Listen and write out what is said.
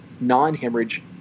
non-hemorrhage